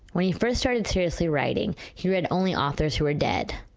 when he first started seriously writing he read only authors who were dead.